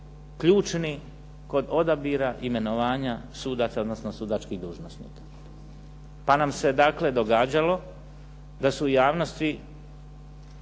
ključni kod odabira imenovanja sudaca, odnosno sudačkih dužnosnika. Pa nam se dakle događalo da su javnosti